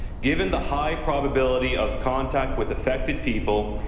given the high probability of contact with infected people,